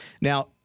Now